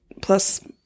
plus